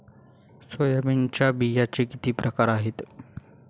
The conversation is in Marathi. सोयाबीनच्या बियांचे किती प्रकार आहेत?